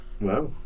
Wow